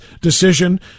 decision